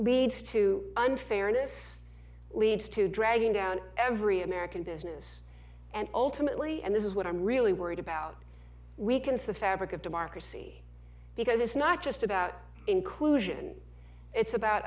leads to unfairness leads to dragging down every american business and ultimately and this is what i'm really worried about weakens the fabric of democracy because it's not just about inclusion it's about